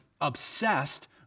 obsessed